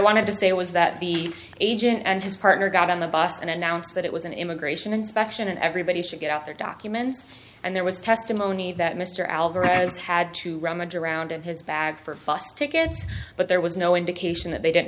wanted to say was that the agent and his partner got on the bus and announced that it was an immigration inspection and everybody should get out their documents and there was testimony that mr alvarez had to run the drowned in his bag for us tickets but there was no indication that they didn't